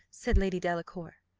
said lady delacour.